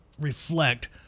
reflect